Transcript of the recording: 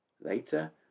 Later